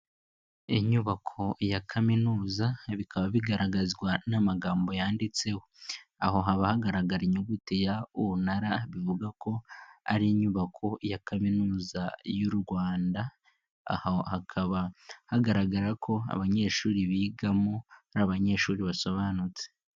Inyubako ya kaminuza bikaba bigaragazwa n'amagambo yanditseho. Aho haba hagaragara inyuguti ya UR bivuga ko ari inyubako ya kaminuza y'u Rwanda, aha hakaba hagaragara ko abanyeshuri bigamo ari abanyeshuri basobanutse.